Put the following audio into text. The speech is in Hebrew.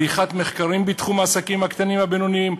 לערוך מחקרים בתחום העסקים הקטנים והבינוניים,